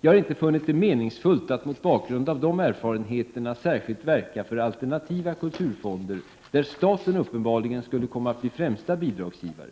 Jag har inte funnit det meningsfullt att mot bakgrund av dessa erfarenheter särskilt verka för alternativa kulturfonder, där staten uppenbarligen skulle komma att bli främsta bidragsgivare.